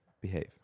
behave